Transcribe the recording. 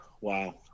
Wow